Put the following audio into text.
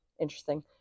interesting